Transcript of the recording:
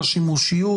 השימושיות,